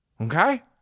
Okay